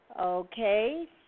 Okay